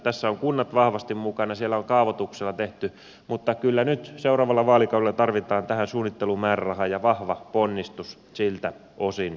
tässä ovat kunnat vahvasti mukana siellä on kaavoituksia tehty mutta kyllä nyt seuraavalla vaalikaudella tarvitaan tähän suunnittelumäärärahaa ja vahva ponnistus siltä osin eteenpäin